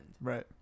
Right